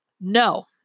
No